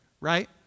Right